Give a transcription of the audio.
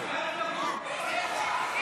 ההצעה להעביר לוועדה את הנושא לא נתקבלה.